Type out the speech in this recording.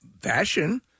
fashion